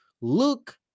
look